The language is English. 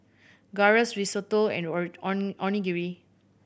Gyros Risotto and Onigiri